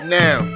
now